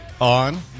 on